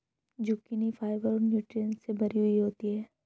zucchini fibre और nutritions से भरी हुई होती है